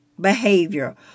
behavior